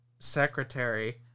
Secretary